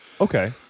Okay